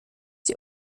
die